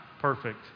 perfect